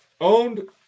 owned